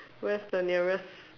where's the nearest